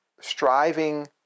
striving